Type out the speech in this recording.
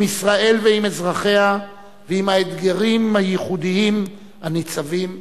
ישראל ועם אזרחיה ועם האתגרים הייחודיים הניצבים בפנינו.